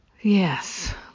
yes